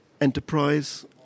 enterprise